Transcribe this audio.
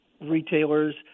retailers